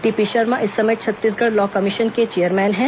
TP Sharma इस समय Chhattisgarh law commission के चेयरमैन है